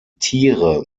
tiere